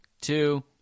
two